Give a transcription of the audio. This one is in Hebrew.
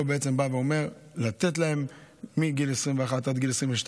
פה בעצם התיקון אומר לתת להם מגיל 21 עד גיל 22,